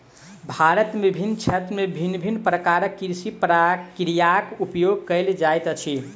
भारत में विभिन्न क्षेत्र में भिन्न भिन्न प्रकारक कृषि प्रक्रियाक उपयोग कएल जाइत अछि